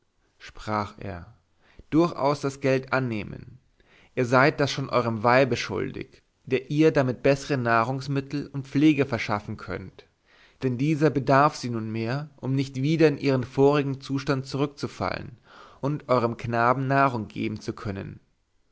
sprach er durchaus das geld annehmen ihr seid das schon euerm weibe schuldig der ihr damit bessere nahrungsmittel und pflege verschaffen könnt denn dieser bedarf sie nunmehro um nicht wieder in ihren vorigen zustand zurückzufallen und euerm knaben nahrung geben zu können